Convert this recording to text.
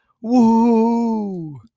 Woo